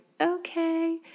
okay